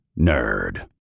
Nerd